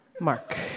Mark